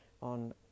on